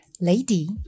lady